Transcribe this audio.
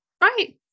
right